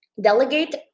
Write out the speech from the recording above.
delegate